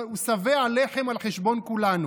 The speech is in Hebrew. שבע לחם על חשבון כולנו.